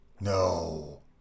No